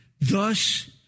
Thus